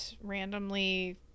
randomly